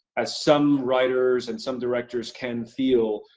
as some writers and some directors can feel,